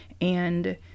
And-